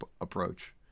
approach